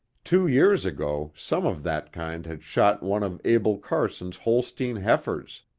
two years ago some of that kind had shot one of abel carson's holstein heifers,